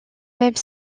même